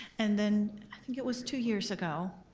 and then i think it was two years ago,